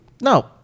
no